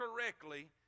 correctly